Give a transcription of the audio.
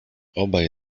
obaj